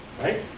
Right